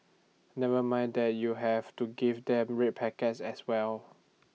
never mind that you have to give them red packets as well